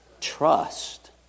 trust